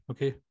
Okay